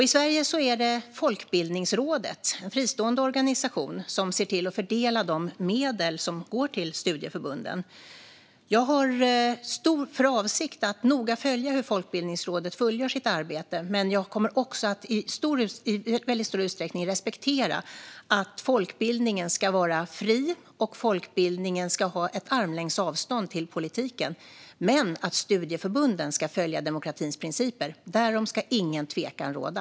I Sverige är det Folkbildningsrådet, en fristående organisation, som ser till att fördela de medel som går till studieförbunden. Jag har för avsikt att noga följa hur Folkbildningsrådet fullgör sitt arbete. Jag kommer också att i väldigt stor utsträckning respektera att folkbildningen ska vara fri och ha en armlängds avstånd till politiken. Men att studieförbunden ska följa demokratins principer, därom ska ingen tvekan råda.